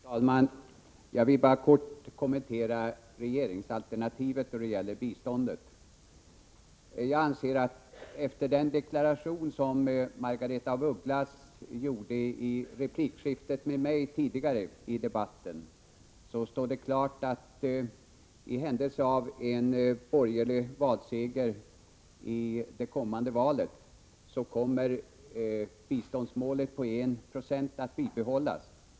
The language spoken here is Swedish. Fru talman! Jag vill bara kort kommentera regeringsalternativet då det gäller biståndet. Jag anser att efter den deklaration som Margaretha af Ugglas gjorde i replikskiftet med mig tidigare i debatten står det klart, att i händelse av en borgerlig seger i det kommande valet kommer biståndsmålet på 196 att bibehållas.